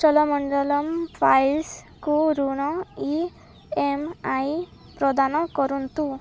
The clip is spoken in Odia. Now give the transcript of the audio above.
ଚୋଲମଣ୍ଡଲମ୍ ଫାଇଲସ୍କୁ ଋଣ ଇ ଏମ୍ ଆଇ ପ୍ରଦାନ କରନ୍ତୁ